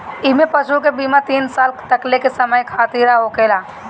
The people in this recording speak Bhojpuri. इमें पशु के बीमा तीन साल तकले के समय खातिरा होखेला